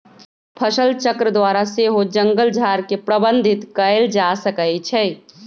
फसलचक्र द्वारा सेहो जङगल झार के प्रबंधित कएल जा सकै छइ